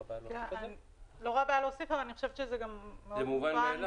אני לא רואה בעיה להוסיף אבל זה מאוד מובן.